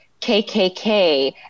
KKK